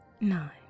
Nine